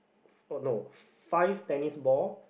oh no five tennis ball